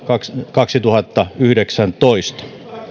kaksituhattayhdeksäntoista